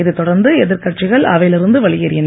இதைத் தொடர்ந்து எதிர்கட்சிகள் அவையில் இருந்து வெளியேறின